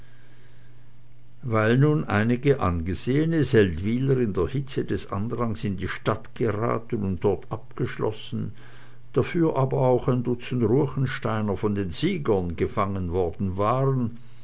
weil nun einige angesehene seldwyler in der hitze des andranges in die stadt geraten und dort abgeschlossen dafür aber auch ein dutzend ruechensteiner von den siegern gefangen worden waren